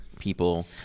People